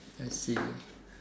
I see